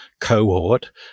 cohort